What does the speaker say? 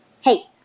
Hey